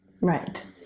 Right